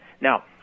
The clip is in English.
Now